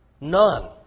None